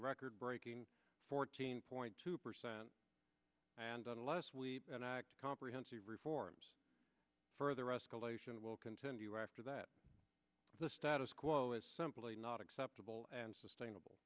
record breaking fourteen point two percent and unless we an act comprehensive reforms further escalation will continue after that the status quo is simply not acceptable and sustainable